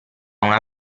una